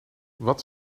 wat